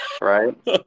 Right